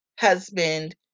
husband